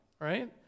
right